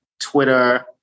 Twitter